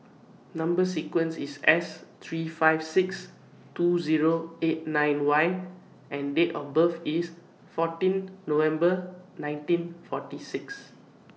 Number sequence IS S three five six two Zero eight nine Y and Date of birth IS fourteen November nineteen forty six